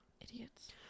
Idiots